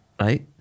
right